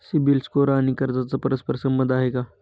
CIBIL score आणि कर्जाचा परस्पर संबंध आहे का?